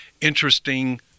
Interesting